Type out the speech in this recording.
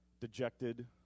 Dejected